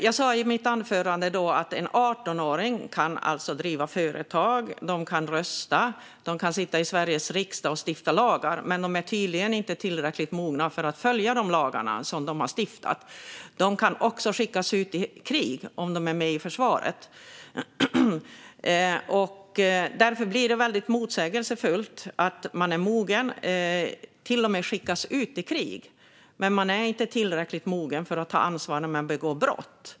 Jag sa i mitt anförande att en 18-åring kan driva företag, rösta, sitta i Sveriges riksdag och stifta lagar, men man är tydligen inte tillräckligt mogen för att följa de lagar man har stiftat. Man kan också skickas ut i krig, om man är med i försvaret. Det blir väldigt motsägelsefullt att man är mogen för att till och med skickas ut i krig men inte tillräckligt mogen för att ta ansvar när man begår brott.